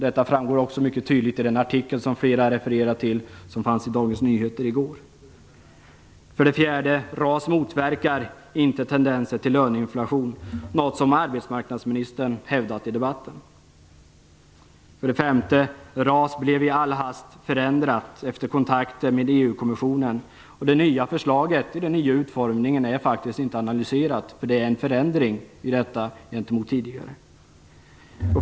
Detta framgår också mycket tydligt i den artikel som fanns i Dagens Nyheter i går och som flera talare har refererat till. För det fjärde: RAS motverkar inte tendenser till löneinflation, något som arbetsmarknadsministern har hävdat i debatten. För det femte: RAS blev i all hast förändrat efter kontakter med EU-kommissionen, och det nya förslaget, den nya utformningen, som innebär en förändring gentemot det tidigare förslaget, har faktiskt inte analyserats.